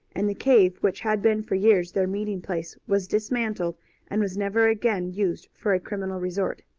and the cave which had been for years their meeting place was dismantled and was never again used for a criminal resort.